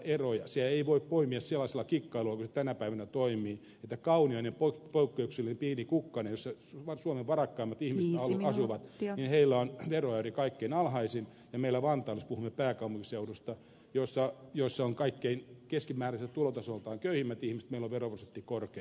se ei voi toimia sellaisella kikkailulla kuin se tänä päivänä toimii että kauniaisissa joka on poikkeuksellinen pieni kukkanen missä suomen varakkaimmat ihmiset asuvat veroäyri on kaikkein alhaisin ja meillä vantaalla missä jos puhumme pääkaupunkiseudusta on keskimääräiseltä tulotasoltaan kaikkein köyhimmät ihmiset on veroprosentti korkein